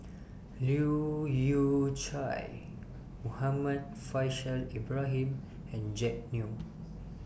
Leu Yew Chye Muhammad Faishal Ibrahim and Jack Neo